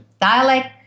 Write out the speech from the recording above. dialect